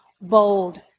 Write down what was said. bold